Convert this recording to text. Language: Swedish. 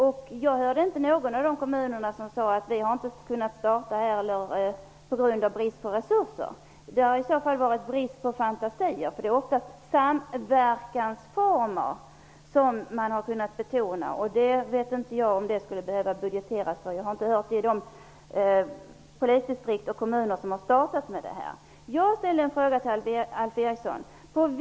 Jag hörde inte att någon av de kommunerna sade att de inte hade kunnat starta på grund av brist på resurser. Det har i så fall varit fråga om brist på fantasi. Det är ofta behovet av samverkansformer som har betonats, och jag vet inte om man skall behöva budgetera det. Jag har inte hört det i de kommuner och polisdistrikt som startat med detta. Jag ställde en fråga till Alf Eriksson.